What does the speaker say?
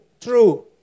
true